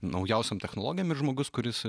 naujausiom technologijom ir žmogus kuris